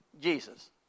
Jesus